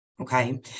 okay